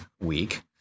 week